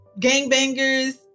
gangbangers